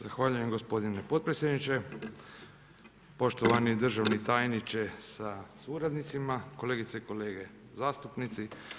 Zahvaljujem gospodine potpredsjedniče, poštovani državni tajniče sa suradnicima, kolegice i kolege zastupnici.